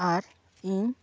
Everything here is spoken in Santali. ᱟᱨ ᱤᱧ